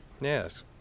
Yes